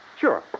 Sure